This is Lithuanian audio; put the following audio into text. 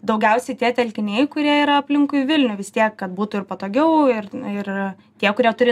daugiausiai tie telkiniai kurie yra aplinkui vilnių vis tiek kad būtų ir patogiau ir ir tie kurie turi